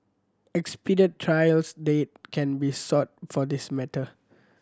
expedited trials date can be sought for this matter